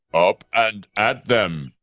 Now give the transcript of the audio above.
up, and, at them.